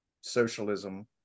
socialism